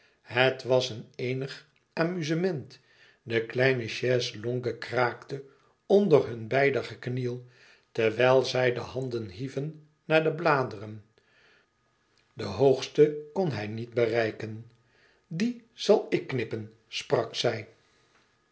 het was een eenig amuzement de kleine chaise-longue kraakte onder hun beider gekniel terwijl zij de handen hieven naar de bladeren de hoogste kon hij niet bereiken die zal ik knippen sprak zij